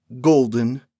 golden